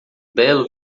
belo